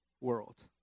world